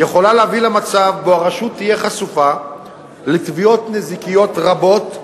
יכולה להביא למצב שבו הרשות תהיה חשופה לתביעות נזיקיות רבות,